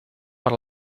per